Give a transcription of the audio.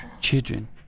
children